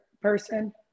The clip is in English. person